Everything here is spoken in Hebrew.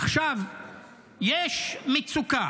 עכשיו יש מצוקה,